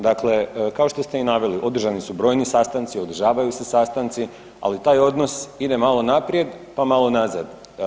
Dakle, kao što ste naveli, održani su brojni sastanci, održavaju se sastanci, ali taj odnos ide malo naprijed pa malo nazad.